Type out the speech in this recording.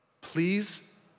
Please